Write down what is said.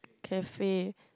cafe